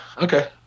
Okay